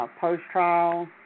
post-trial